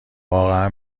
واقعا